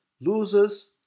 loses